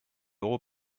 euros